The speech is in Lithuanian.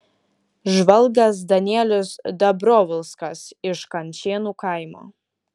žvalgas danielius dabrovolskas iš kančėnų kaimo